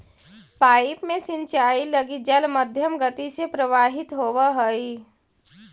pipe में सिंचाई लगी जल मध्यम गति से प्रवाहित होवऽ हइ